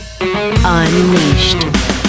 unleashed